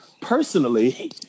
personally